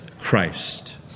Christ